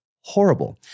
horrible